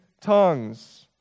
tongues